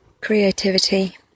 creativity